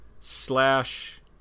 slash